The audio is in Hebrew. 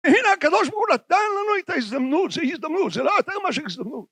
והנה, הקדוש ברוך הוא נתן לנו את ההזדמנות, זה הזדמנות, זה לא יותר מאשר הזדמנות.